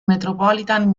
metropolitan